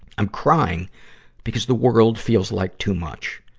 i'm crying because the world feels like too much.